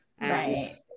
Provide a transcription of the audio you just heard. Right